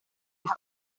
las